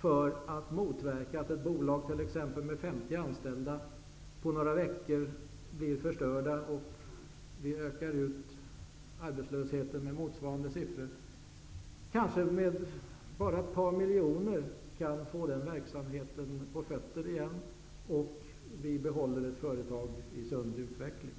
för att motverka att t.ex. ett bolag med 50 anställda på några veckor blir förstörda, så att arbetslösheten utökas med motsvarande antal personer. Kanske kan bara ett par miljoner få den verksamheten på fötter igen, så att vi kan behålla ett företag i sund utveckling.